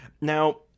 Now